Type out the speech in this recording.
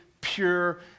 pure